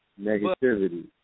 Negativity